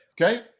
Okay